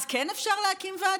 אז כן אפשר להקים ועדות?